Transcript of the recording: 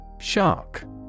Shark